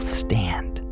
stand